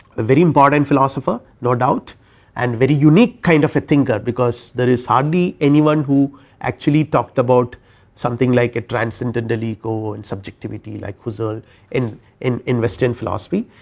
a very important philosopher no doubt and very unique kind of a thinker, because there is hardly anyone who actually talked about something like a transcendental ego and subjectivity like husserl in in western philosophy,